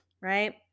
right